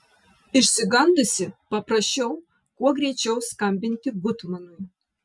išsigandusi paprašiau kuo greičiau skambinti gutmanui